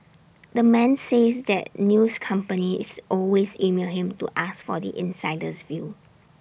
the man says that news companies always email him to ask for the insider's view